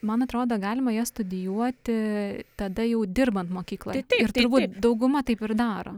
man atrodo galima jas studijuoti tada jau dirbant mokykloj ir turbūt dauguma taip ir daro